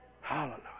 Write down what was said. Hallelujah